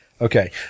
Okay